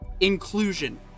Inclusion